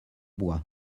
bois